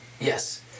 Yes